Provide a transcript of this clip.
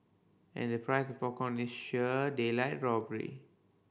and the price popcorn is sheer daylight robbery